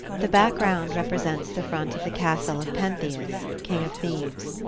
the background represents the front of the castle of pentheus, king of thebes.